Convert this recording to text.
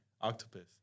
Octopus